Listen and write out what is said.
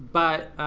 but.